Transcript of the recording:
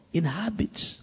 inhabits